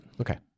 Okay